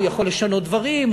הוא יכול לשנות דברים,